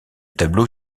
tableau